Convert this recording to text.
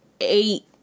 eight